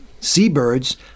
seabirds